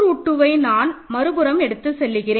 2 route 2வை நான் மறுபுறம் எடுத்துச் செல்கிறேன்